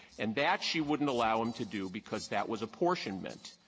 and that, she wouldn't allow him to do because that was apportionment.